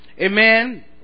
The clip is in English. Amen